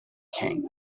king